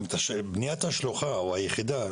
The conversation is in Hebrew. גם את בניית השלוחה או היחידה,